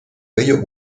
bello